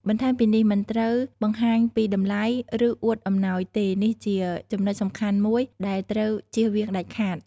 បន្ថែមពីនេះ មិនត្រូវបង្ហាញពីតម្លៃ ឬអួតអំណោយទេ នេះជាចំណុចសំខាន់មួយដែលត្រូវជៀសវាងដាច់ខាត។